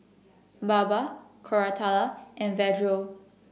Baba Koratala and Vedre